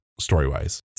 story-wise